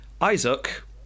Isaac